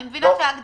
לא.